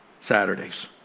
Saturdays